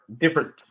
different